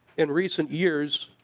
in recent years